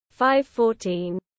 5.14